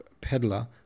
peddler